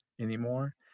anymore